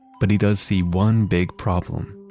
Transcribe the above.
but he does see one big problem.